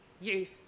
youth